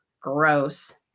gross